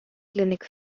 clinic